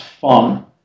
fun